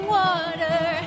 water